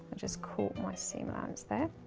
just caught my seam um so there.